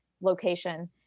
location